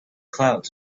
clouds